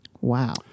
Wow